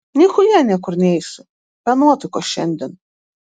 nichuja niekur neisiu be nuotaikos šiandien